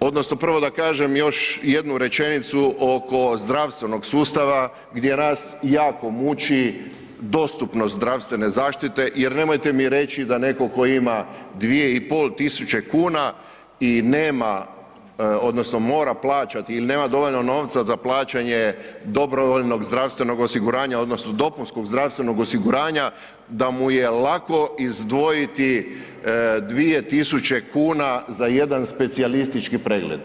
odnosno prvo da kažem još jednu rečenicu oko zdravstvenog sustava gdje nas jako muči dostupnost zdravstvene zaštite jer nemojte mi reći da neko ko ima 2.500 kuna i nema odnosno mora plaćat ili nema dovoljno novca za plaćanje dobrovoljnog zdravstvenog osiguranja odnosno dopunskog zdravstvenog osiguranja, da mu je lako izdvojiti 2000 kuna za jedan specijalistički pregled.